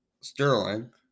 Sterling